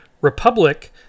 Republic